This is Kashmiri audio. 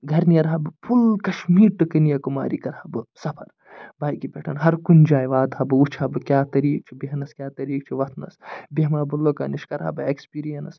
گھرِ نیرٕ ہا بہٕ فُل کَشمیٖر ٹُو کٔنیاکُماری کرٕ ہا بہٕ سَفر بایکہِ پٮ۪ٹھ ہَر کُنہِ جایہِ واتہٕ ہا بہٕ وُچھِ ہا بہٕ کیٛاہ طریٖقہٕ چھُ بیٚہنَس کیٛاہ طریٖقہٕ چھُ وۄتھنَس بیٚہمہٕ ہا بہٕ لوٗکَن نِش کرٕ ہا بہٕ ایٚکٕسپیٖرینٕس